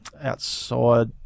Outside